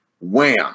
wham